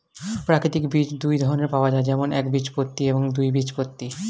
প্রাকৃতিক বীজ দুই ধরনের পাওয়া যায়, যেমন একবীজপত্রী এবং দুই বীজপত্রী